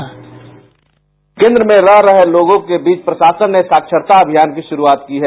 bite केन्द्र में रह रहे लोगों के बीच प्रशासन ने साक्षरता अभियान की शुरूआत की है